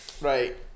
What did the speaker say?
Right